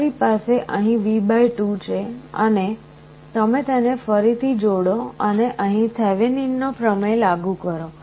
તમારી પાસે અહીં V2 છે અને તમે તેને ફરીથી જોડો અને અહીં થિવેનિનનો પ્રમેય લાગુ કરો